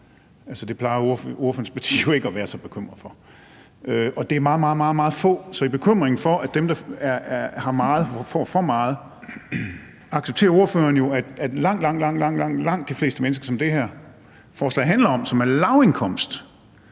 Det plejer ordførerens parti jo ikke at være så bekymret for. Det vil være meget, meget få, så i sin bekymring for, at dem, der har meget, får for meget, accepterer ordføreren jo, at langt, langt de fleste mennesker, som det her forslag handler om, og som